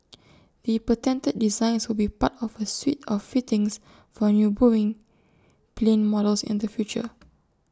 the patented designs will be part of A suite of fittings for new boeing plane models in the future